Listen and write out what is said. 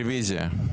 רביזיה.